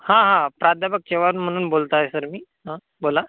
हा हा प्राध्यापक चेवाद म्हणून बोलत आहे सर मी हं बोला